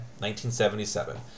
1977